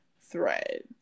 threads